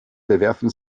bewerfen